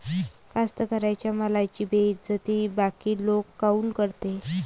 कास्तकाराइच्या मालाची बेइज्जती बाकी लोक काऊन करते?